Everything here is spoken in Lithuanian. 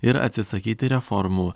ir atsisakyti reformų